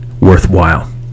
worthwhile